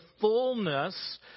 fullness